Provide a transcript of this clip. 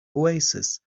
oasis